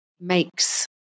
makes